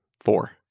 Four